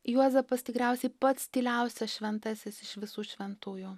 juozapas tikriausiai pats tyliausias šventasis iš visų šventųjų